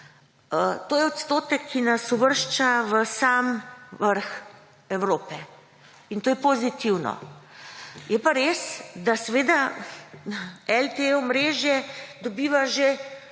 To je odstotek, ki nas uvršča v sam vrh Evrope, in to je pozitivno. Je pa res, da seveda LTE omrežje dobiva že